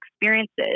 experiences